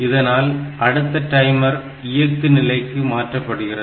இதனால் அடுத்த டைமர் இயக்கு நிலைக்கு மாற்றப்படுகிறது